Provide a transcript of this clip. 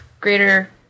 greater